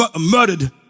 Murdered